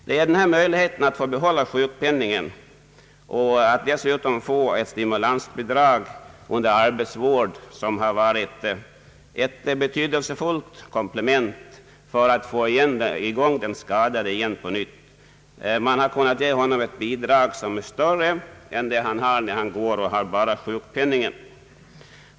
Det är möjligheten att få behålla sjukpenningen och samtidigt få ett stimulansbidrag under arbetsvård, som har varit ett betydelsefullt komplement för att få i gång den skadade på nytt. Man har kunnat ge honom ett belopp som är större än det han som sjukskriven får i form av sjukpenning.